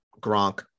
Gronk